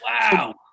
Wow